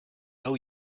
owe